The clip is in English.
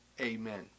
Amen